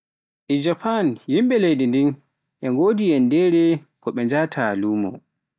E Japan yimbe leydi ndin e godi yanndere ko njaata lumo.